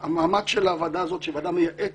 המעמד של הוועדה הזאת שהיא ועדה מייעצת,